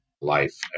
life